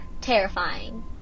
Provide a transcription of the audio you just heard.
terrifying